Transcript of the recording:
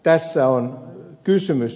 tässä on kysymys